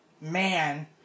man